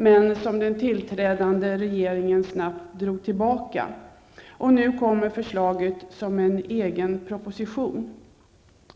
Men den tillträdande nya regeringen drog snabbt tillbaka det här förslaget. Nu kommer det tillbaka i form av en proposition.